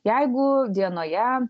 jeigu dienoje